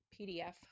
PDF